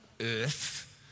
earth